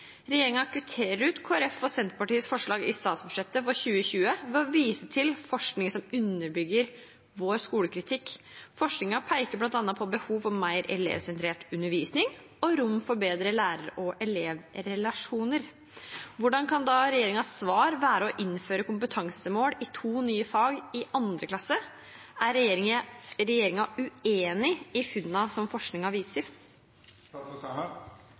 ut Kristelig Folkepartis og Senterpartiets forslag i statsbudsjettet for 2020 ved å vise til forskning som underbygger vår skolekritikk. Forskningen peker bl.a. på behovet for mer elevsentrert undervisning og rom for bedre lærer og elev-relasjoner. Hvordan kan da regjeringens svar være å innføre kompetansemål i to nye fag i 2. klasse? Er regjeringen uenig i funnene som forskningen viser?